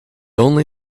only